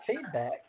Feedback